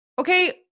Okay